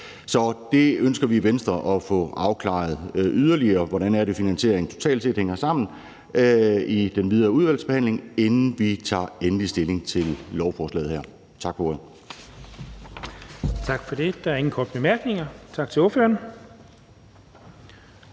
Så det ønsker vi i Venstre at få afklaret yderligere – altså hvordan det er, at finansieringen totalt set hænger sammen – i den videre udvalgsbehandling, inden vi tager endelig stilling til lovforslaget her. Tak for ordet. Kl. 12:51 Den fg. formand (Jens Henrik Thulesen